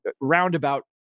roundabout